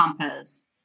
compose